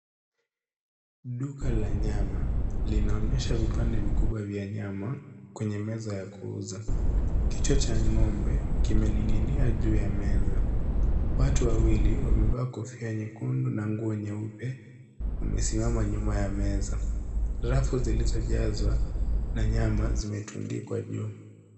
Duka la nyama linaonyesha vipande vikubwa vya nyama kwenye meza ya kuuza, kichwa cha ng'ombe kimening'inia juu ya meza, watu wawili wamevaa kofia nyekundu na nguo nyeupe wamesimama nyuma ya meza. Rafu zilizojazwa na nyama zimetundikwa juu.